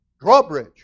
Drawbridge